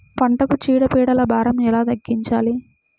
పంటలకు చీడ పీడల భారం ఎలా తగ్గించాలి?